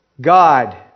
God